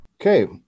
Okay